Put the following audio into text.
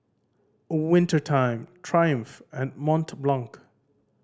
Winter Time Triumph and Mont Blanc